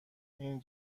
این